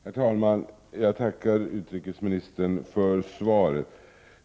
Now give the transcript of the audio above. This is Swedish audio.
Herr talman! Jag tackar utrikesministern för svaret.